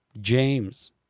James